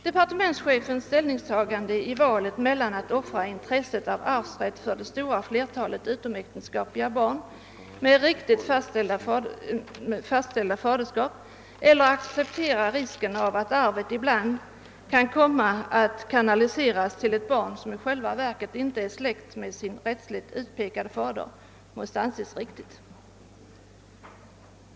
Departementschefens ställningstagande i valet mellan att offra intresset av arvsrätten för det stora flertalet utomäktenskapliga barn med riktigt fastställda faderskap eller att acceptera risken av att ett arv kan komma att kanaliseras till ett barn, som i själva verket inte är släkt med sin rättsligt utpekade fader, måste anses riktigt.